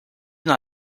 dans